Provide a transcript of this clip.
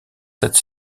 cette